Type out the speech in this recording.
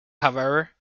however